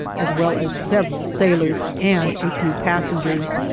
as well as several sailors and a few passengers,